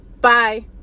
Bye